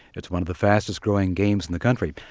it's one of the fastest-growing games in the country.